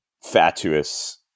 fatuous